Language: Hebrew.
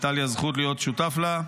שהייתה לי הזכות להיות שותף לה.